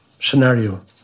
scenario